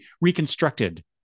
reconstructed